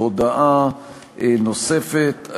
הודעה נוספת: